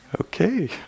Okay